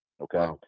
Okay